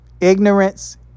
Ignorance